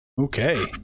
Okay